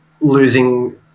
Losing